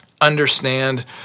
understand